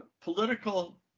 political